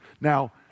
Now